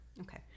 okay